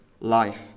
life